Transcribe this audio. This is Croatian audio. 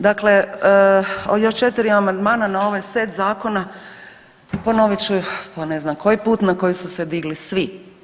Dakle, još 4 amandmana na ovaj set zakona, ponovit ću po ne znam koji put, na koji su se digli svi.